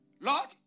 Lord